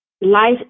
Life